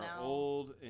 old